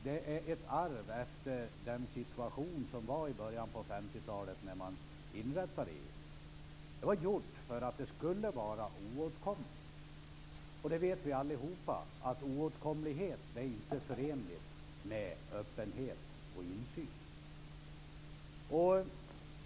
Det är ett arv efter den situation som rådde i början på 50-talet när man inrättade EU. Det gjordes så att den skulle vara oåtkomlig. Vi vet alla att oåtkomlighet inte att förenligt med öppenhet och insyn.